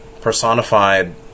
personified